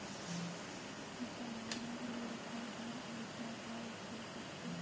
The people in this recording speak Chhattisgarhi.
बॉयलर मुरगा हर उजर रंग के होथे